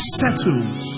settled